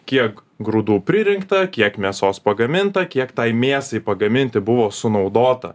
kiek grūdų pririnkta kiek mėsos pagaminta kiek tai mėsai pagaminti buvo sunaudota